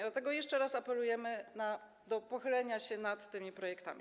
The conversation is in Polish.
Dlatego jeszcze raz apelujemy o pochylenie się nad tymi projektami.